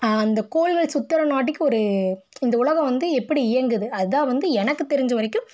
அந்த கோள்கள் சுத்துகிற நொடிக்கு ஒரு இந்த உலகம் வந்து எப்படி இயங்குது அதான் வந்து எனக்கு தெரிஞ்ச வரைக்கும்